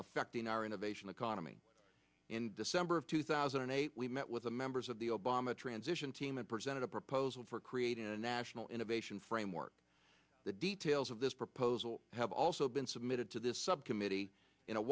affecting our innovation economy in december of two thousand and eight we met with the members of the obama transition team and presented a proposal for creating a national innovation framework the details of this proposal have also been submitted to this subcommittee in a